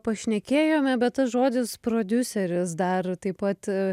pašnekėjome bet tas žodis prodiuseris dar taip pat